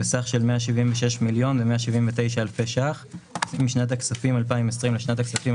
בסך של 176.179 מיליון משנת הכספים 2020 לשנת הכספים